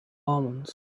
omens